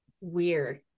weird